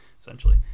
essentially